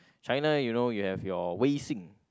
China you know you have your Wei-Xin